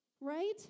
Right